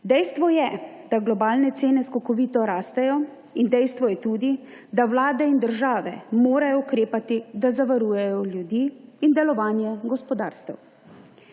Dejstvo je, da globalne cene skokovito rastejo, in dejstvo je tudi, da vlade in države morajo ukrepati, da zavarujejo ljudi in delovanje gospodarstev.